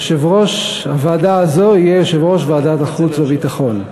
יושב-ראש הוועדה הזאת יהיה יושב-ראש ועדת החוץ והביטחון.